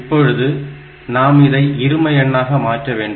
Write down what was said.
இப்பொழுது நாம் இதை இரும எண்ணாக மாற்ற வேண்டும்